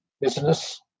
business